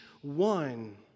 one